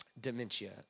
dementia